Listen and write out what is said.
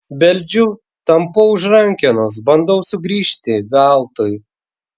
beldžiu tampau už rankenos bandau sugrįžti veltui